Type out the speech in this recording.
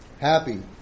happy